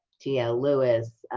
t l. lewis,